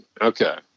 Okay